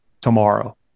tomorrow